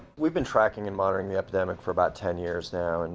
we've been tracking and monitoring the epidemic for about ten years now, and